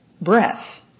breath